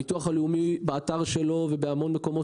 הביטוח הלאומי טוען באתר שלו ובעוד מקומות